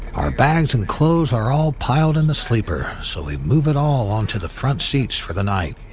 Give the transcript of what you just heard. our bags and clothes are all piled in the sleeper, so we move it all onto the front seats for the night.